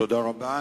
תודה רבה.